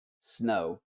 Snow